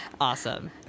awesome